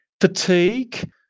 fatigue